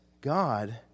God